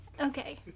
Okay